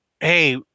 Hey